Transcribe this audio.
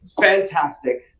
fantastic